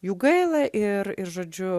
jų gaila ir ir žodžiu